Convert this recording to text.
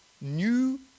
new